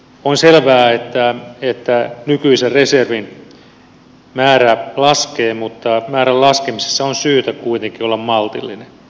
on selvää että nykyisen reservin määrä laskee mutta määrän laskemisessa on syytä kuitenkin olla maltillinen